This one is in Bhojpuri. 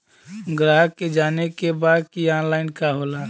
ग्राहक के जाने के बा की ऑनलाइन का होला?